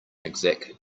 exact